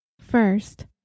First